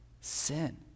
sin